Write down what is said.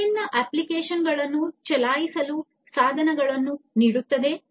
ವಿಭಿನ್ನ ಅಪ್ಲಿಕೇಶನ್ಗಳನ್ನು ಚಲಾಯಿಸಲು ಸಾಧನಗಳನ್ನು ನೀಡುತ್ತದೆ